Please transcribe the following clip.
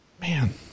man